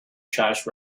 trash